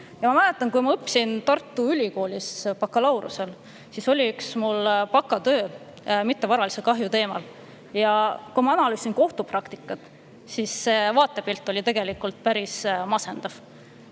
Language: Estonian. Ma mäletan, et kui ma õppisin Tartu Ülikoolis bakalaureuse[õppes], siis oli üks mu bakatöö mittevaralise kahju teemal. Ja kui ma analüüsisin kohtupraktikat, siis [nägin, et] vaatepilt oli tegelikult päris masendav.